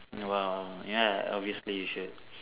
no um ya obviously you should